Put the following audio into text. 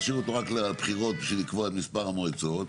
להשאיר אותה רק לבחירות בשביל לקבוע את מספר המועצות.